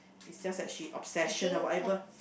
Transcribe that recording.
it's just that she obsession ah whatever